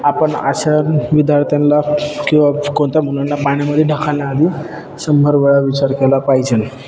आपण अशा विद्यार्थ्याला किंवा कोणत्या मुलांना पाण्यामध्ये ढकलण्याआधी शंभर वेळा विचार केला पाहिजे